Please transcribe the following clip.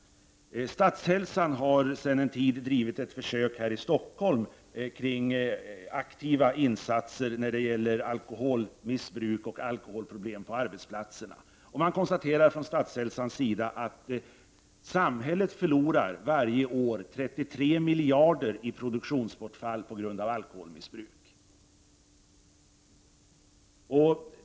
Statshälsan har sedan en tid tillbaka bedrivit ett försök här i Stockholm med aktiva insatser när det gäller alkoholmissbruk och alkoholproblem på arbetsplatserna. Statshälsan konstaterar att samhället varje år förlorar 33 miljarder kronor i produktionsbortfall på grund av alkoholmissbruk.